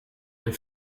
een